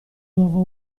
nuovo